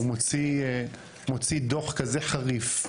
הוא מוציא דו"ח כזה חריף,